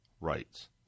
rights